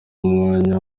umwanya